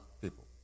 people